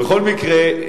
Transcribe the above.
בכל מקרה,